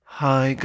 hi